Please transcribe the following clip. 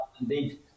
indeed